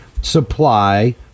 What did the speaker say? supply